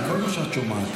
כל מה שאת שומעת,